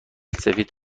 سفید